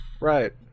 Right